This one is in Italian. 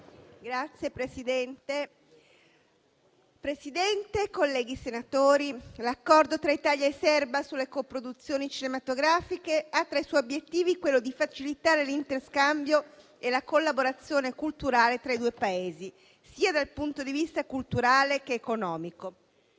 Signor Presidente, colleghi senatori, l'Accordo tra Italia e Serbia sulle coproduzioni cinematografiche ha tra i suoi obiettivi quello di facilitare l'interscambio e la collaborazione culturale tra i due Paesi dal punto di vista sia culturale, sia economico.